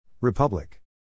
Republic